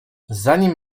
zanim